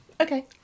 Okay